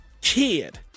kid